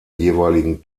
jeweiligen